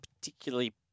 particularly